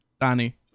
Danny